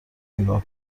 نگاه